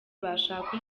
bashaka